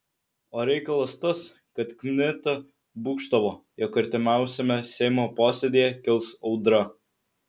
o reikalas tas kad kmita būgštavo jog artimiausiame seimo posėdyje kils audra